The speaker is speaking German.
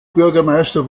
bürgermeister